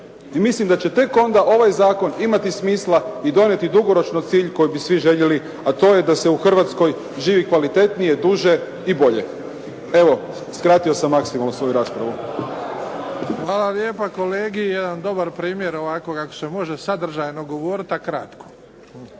mislim da će tek onda ovaj zakon imati smisla i donijeti dugoročno cilj koji bi svi željeli, a to je da se u Hrvatskoj živi kvalitetnije, duže i bolje. Evo, skratio sam maksimalno svoju raspravu. **Bebić, Luka (HDZ)** Hvala lijepa kolegi. Jedan dobar primjer ovako kako se može sadržajno govoriti, a kratko.